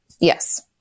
Yes